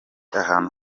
ahantu